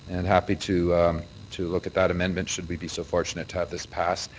and happy to to look at that amendment should we be so fortunate to have this pass.